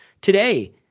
today